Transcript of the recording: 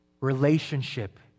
relationship